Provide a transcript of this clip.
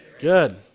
Good